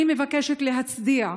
להם אני מבקשת להצדיע,